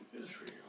Israel